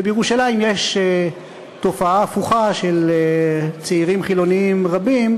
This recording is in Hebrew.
ובירושלים יש תופעה הפוכה של צעירים חילונים רבים,